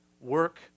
work